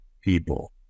people